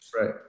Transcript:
Right